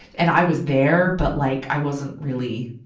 and i was there, but like i wasn't really,